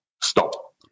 stop